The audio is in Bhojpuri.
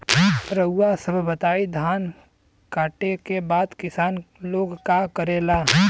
रउआ सभ बताई धान कांटेके बाद किसान लोग का करेला?